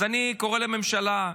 אני קורא לממשלה: